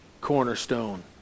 cornerstone